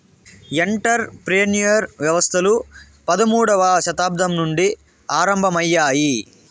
enter ప్రెన్యూర్ వ్యవస్థలు పదమూడవ శతాబ్దం నుండి ఆరంభమయ్యాయి